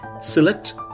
Select